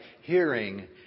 hearing